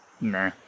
nah